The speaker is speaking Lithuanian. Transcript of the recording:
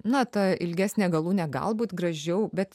na ta ilgesnė galūnė galbūt gražiau bet